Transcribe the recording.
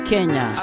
Kenya